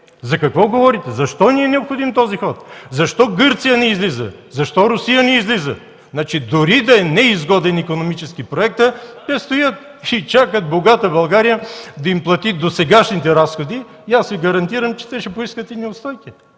За какво говорите? Защо ни е необходим този ход? Защо Гърция не излиза? Защо Русия не излиза? Значи, дори да е неизгоден икономически проектът си стоят и ще чакат богата България да им плати досегашните разходи? И аз Ви гарантирам, че те ще поискат и неустойки